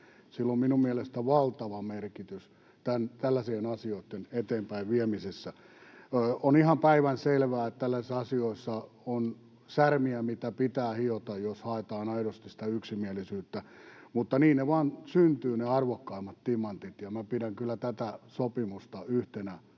Sillä on mielestäni valtava merkitys tällaisten asioitten eteenpäinviemisessä. On ihan päivänselvää, että tällaisissa asioissa on särmiä, mitä pitää hioa, jos haetaan aidosti sitä yksimielisyyttä, mutta niin vain syntyvät ne arvokkaimmat timantit, ja minä pidän kyllä tätä sopimusta yhtenä